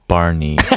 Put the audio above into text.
Barney